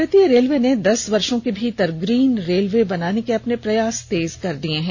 भारतीय रेल ने दस वर्षों के भीतर ग्रीन रेलवे बनने के अपने प्रयास तेज कर दिए हैं